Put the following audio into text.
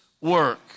work